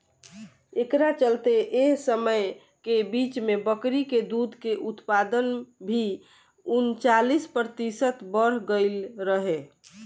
एकरा चलते एह समय के बीच में बकरी के दूध के उत्पादन भी उनचालीस प्रतिशत बड़ गईल रहे